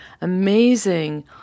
amazing